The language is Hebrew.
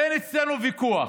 אין אצלנו ויכוח,